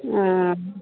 हँ